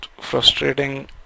frustrating